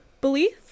belief